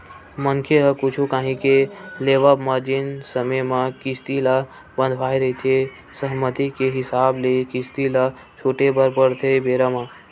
मनखे ह कुछु काही के लेवब म जेन समे म किस्ती ल बंधवाय रहिथे सहमति के हिसाब ले किस्ती ल छूटे बर परथे बेरा म